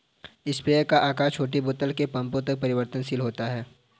sprayer का आकार छोटी बोतल से पंपों तक परिवर्तनशील होता है